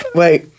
wait